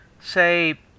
Say